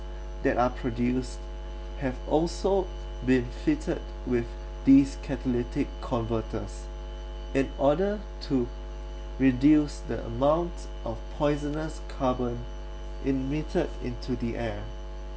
that are produced have also been fitted with these catalytic converters in order to reduce the amount of poisonous carbon emitted into the air